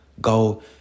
go